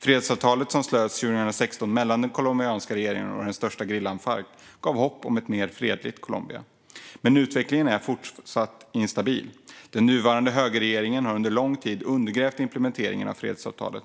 Fredsavtalet som slöts 2016 mellan den colombianska regeringen och den största gerillan, Farc, gav hopp om ett mer fredligt Colombia. Men utvecklingen är fortsatt instabil. Den nuvarande högerregeringen har under lång tid undergrävt implementeringen av fredsavtalet.